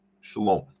Shalom